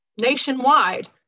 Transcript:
nationwide